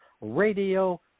Radio